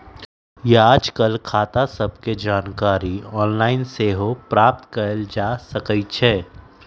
याजकाल खता सभके जानकारी ऑनलाइन सेहो प्राप्त कयल जा सकइ छै